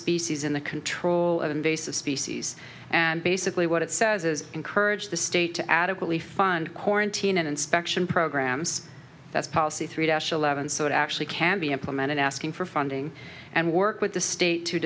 species in the control of invasive species and basically what it says is encourage the state to adequately fund quarantine and inspection programs that's policy through dash eleven so it actually can be implemented asking for funding and work with the state to